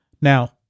Now